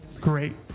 Great